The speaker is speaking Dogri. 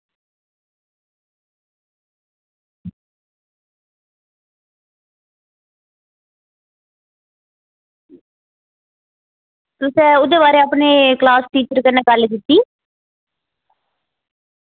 आं ओह्दे बारै अपनी क्लॉस टीचर कन्नै गल्ल कीती